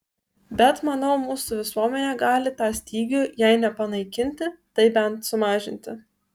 bet manau mūsų visuomenė gali tą stygių jei ne panaikinti tai bent sumažinti